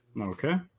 Okay